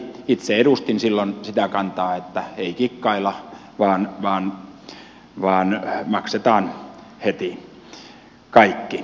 itse edustin silloin sitä kantaa että ei kikkailla vaan maksetaan heti kaikki pois